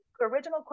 original